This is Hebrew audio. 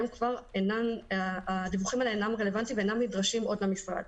היום כבר הדיווחים האלה אינם רלוונטיים ואינם נדרשים עוד במשרד.